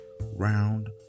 round